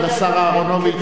כבוד השר אהרונוביץ,